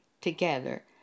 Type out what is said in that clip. together